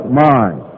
mind